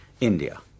India